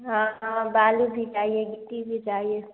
हाँ बालू भी चाहिए गिट्टी भी चाहिए